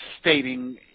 stating